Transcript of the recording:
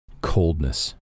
Coldness